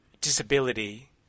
disability